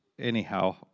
Anyhow